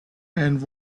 and